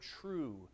true